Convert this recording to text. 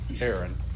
Aaron